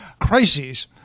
crises